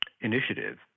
initiative